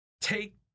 take